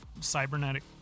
cybernetic